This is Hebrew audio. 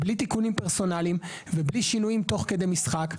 בלי תיקונים פרסונליים ובלי שינויים תוך כדי משחק.